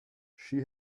she